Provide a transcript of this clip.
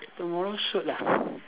tomorrow shoot ah